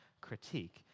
critique